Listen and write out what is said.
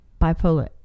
bipolar